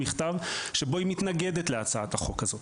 מכתב שבו היא מתנגדת להצעת החוק הזאת.